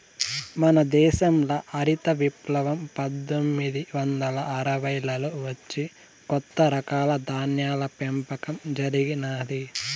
మన దేశంల హరిత విప్లవం పందొమ్మిది వందల అరవైలలో వచ్చి కొత్త రకాల ధాన్యాల పెంపకం జరిగినాది